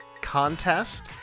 contest